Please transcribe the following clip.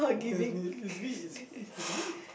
it's me it's me it's it it's me